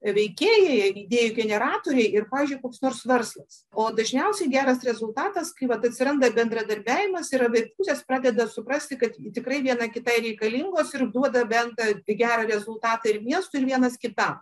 veikėjai idėjų generatoriai ir pavyzdžiui koks nors verslas o dažniausiai geras rezultatas kai vat atsiranda bendradarbiavimas ir abi pusės pradeda suprasti kad tikrai viena kitai reikalingos ir duoda bendrą gerą rezultatą ir miestui ir vienas kitam